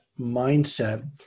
mindset